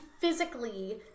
physically